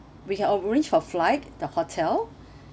we can arrange for flight the hotel